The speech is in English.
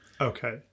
Okay